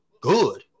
good